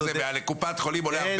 לא, אין ספק שזה העלויות.